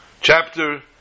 chapter